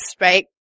right